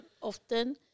often